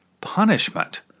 punishment